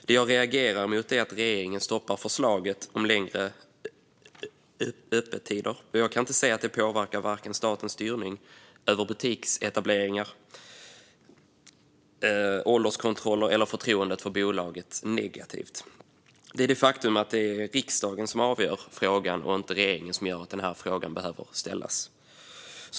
Det jag reagerar mot är att regeringen stoppar förslaget om längre öppettider. Jag kan inte se att detta påverkar vare sig statens styrning över butiksetableringar, ålderskontroller eller förtroendet för Bolaget negativt. Det är det faktum att det är riksdagen och inte regeringen som avgör frågan som gör att denna fråga behöver ställas.